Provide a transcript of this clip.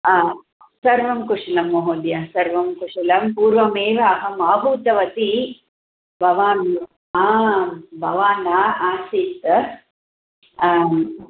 हा सर्वं कुशलं महोदय सर्वं कुशलं पूर्वमेव अहम् आहूतवती भवान् हा भवान् न आसीत् आं